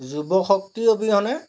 যুৱশক্তি অবিহনে